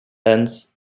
ends